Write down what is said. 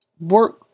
Work